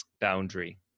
boundary